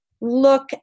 look